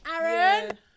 Aaron